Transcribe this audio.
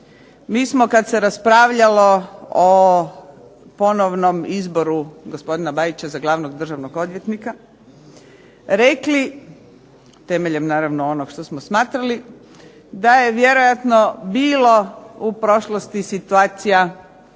mi smo kad se raspravljalo o ponovnom izboru gospodina Bajića za Glavnog državnog odvjetnika rekli temeljem naravno onog što smo smatrali da je vjerojatno bilo u prošlosti situacija